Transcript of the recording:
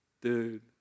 dude